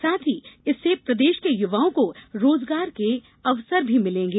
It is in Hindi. साथ ही इससे प्रदेश के युवाओं को रोजगार के अवसर भी मिलेंगे